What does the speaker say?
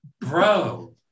bro